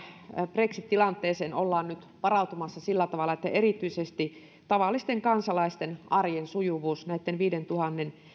brexit tilanteeseen ollaan nyt varautumassa sillä tavalla että erityisesti tavallisten kansalaisten arjen sujuvuus näitten viidentuhannen